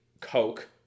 Coke